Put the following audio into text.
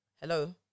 hello